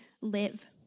live